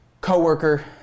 co-worker